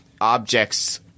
objects